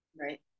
Right